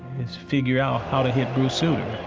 is figure out how to hit bruce sutter.